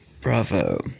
bravo